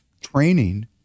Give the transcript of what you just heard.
training